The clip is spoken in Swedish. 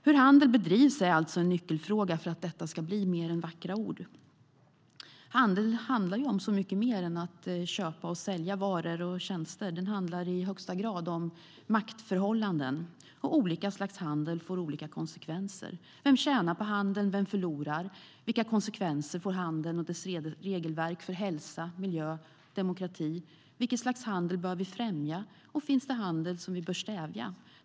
Hur handel bedrivs är en nyckelfråga för att detta ska bli mer än vackra ord. Handel handlar om så mycket mer än att köpa och sälja varor och tjänster. Den handlar i högsta grad om maktförhållanden. Olika slags handel får olika konsekvenser. Vem tjänar på handeln? Vem förlorar? Vilka konsekvenser får handeln och dess regelverk för hälsa, miljö och demokrati? Vilket slags handel bör vi främja, och finns det handel vi bör stävja?